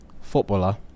footballer